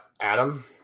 Adam